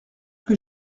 que